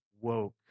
woke